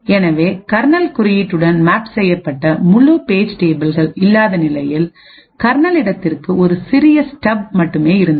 எனவே கர்னல் குறியீட்டுடன் மேப் செய்யப்பட்ட முழு பேஜ் டேபிள்கள் இல்லாத நிலையில் கர்னல் இடத்திற்கு ஒரு சிறிய ஸ்டப் மட்டுமே இருந்தது